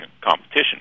competition